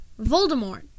Voldemort